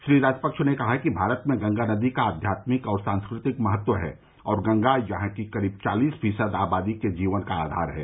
श्री राजपक्ष ने कहा कि भारत में गंगा नदी का आध्यात्मिक और सांस्कृतिक महत्व है और गंगा यहां की करीब चालीस फीसद आबादी के जीवन का आधार है